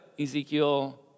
Ezekiel